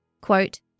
Quote